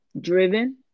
driven